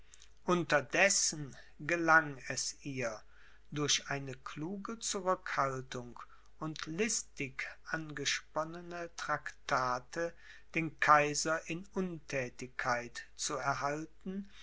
unterdessen gelang es ihr durch eine kluge zurückhaltung und listig angesponnene traktate den kaiser in unthätigkeit zu erhalten